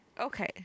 Okay